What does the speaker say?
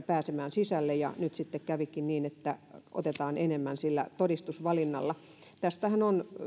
pääsemään sisälle ja nyt sitten kävikin niin että otetaan enemmän sillä todistusvalinnalla tästähän ovat